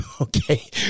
Okay